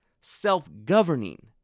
self-governing